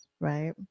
right